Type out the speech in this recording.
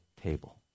table